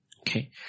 Okay